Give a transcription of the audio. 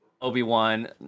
Obi-Wan